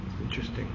interesting